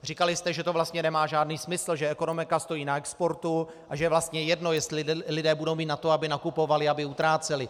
Říkali jste, že to vlastně nemá žádný smysl, že ekonomika stojí na exportu a že je vlastně jedno, jestli lidé budou mít na to, aby nakupovali, aby utráceli.